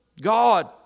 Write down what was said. God